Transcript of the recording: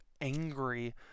angry